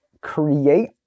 create